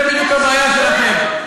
זו בדיוק הבעיה שלכם.